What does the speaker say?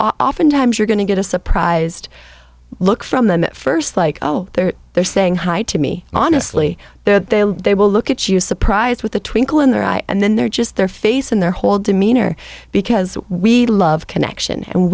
oftentimes you're going to get a surprised look from them at first like oh they're they're saying hi to me honestly there they will look at you surprised with a twinkle in their eye and then they're just their face and their whole demeanor because we love connection and